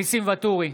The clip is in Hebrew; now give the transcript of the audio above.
נוכחת ניסים ואטורי,